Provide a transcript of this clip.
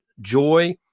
joy